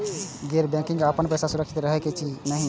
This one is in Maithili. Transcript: गैर बैकिंग में अपन पैसा सुरक्षित रहैत कि नहिं?